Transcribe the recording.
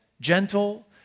gentle